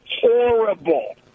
horrible